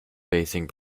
basing